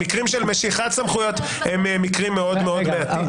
המקרים של משיכת סמכויות הם מקרים מאוד מאוד מעטים.